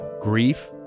Grief